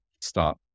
stop